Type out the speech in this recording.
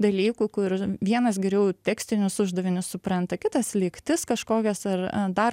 dalykų kur vienas geriau tekstinius uždavinius supranta kitas lygtis kažkokias ar dar